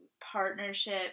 partnership